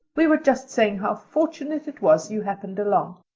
we were just saying how fortunate it was you happened along.